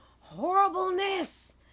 horribleness